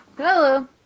Hello